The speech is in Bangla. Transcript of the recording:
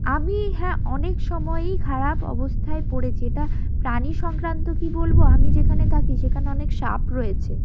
আমি হ্যাঁ অনেক সময়েই খারাপ অবস্থায় পড়েচি এটা প্রাণী সংক্রান্ত কী বলবো আমি যেখানে থাকি সেখানে অনেক সাপ রয়েছে